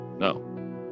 No